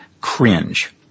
cringe